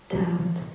doubt